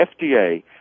FDA